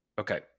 Okay